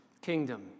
kingdom